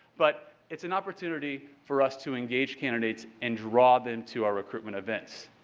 but it's an opportunity for us to engage candidates and draw them to our recruitment event.